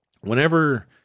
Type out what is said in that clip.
whenever